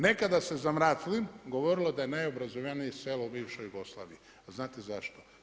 Nekada se za Mraclin govorilo da je najobrazovanije selo u bivšoj Jugoslaviji, a znate zašto?